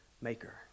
maker